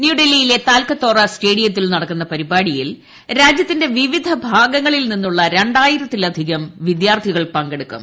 ന്യൂഡൽഹിയിലെ തൽക്കത്തോര സ്റ്റേഡിയത്തിൽ നടക്കുന്ന പരിപാടിയിൽ രാജൃത്തിന്റെ വിവിധ ഭാഗങ്ങളിൽ നിന്നുള്ള രണ്ടായിരത്തിലധികം വിദ്യാർത്ഥികൾ പങ്കെടുക്കും